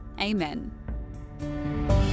Amen